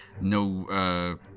no